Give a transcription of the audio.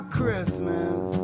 Christmas